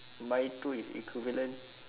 buy two is equivalent